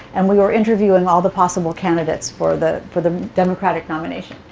and we were interviewing all the possible candidates for the for the democratic nomination.